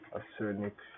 Arsenic